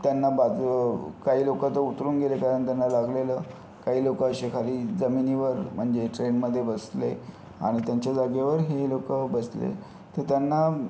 त्यांना बाजू काही लोकं तर उतरून गेले कारण त्यांना लागलेलं काही लोकं असे खाली जमिनीवर म्हणजे ट्रेनमध्ये बसले आणि त्यांच्या जागेवर हे लोकं बसले तर त्यांना